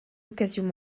occasions